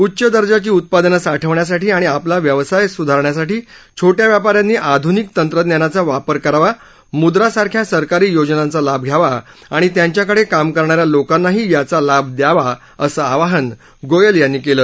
उच्च दर्जाचे उत्पादनं साठवण्यासाठी आणि आपला व्यवसाय सुधारण्यासाठी छोटया व्यापाऱ्यांनी अधुनिक तंत्रज्ञानाचा वापर करावा मुद्रा सारख्या सरकारी योजनांचा लाभ घ्यावा आणि त्यांच्याकडे काम करणाऱ्या लोकांनाही याचा लाभ द्यावा असं आवाहन गोयल यांनी केलं